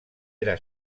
era